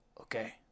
okay